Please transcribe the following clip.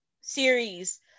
series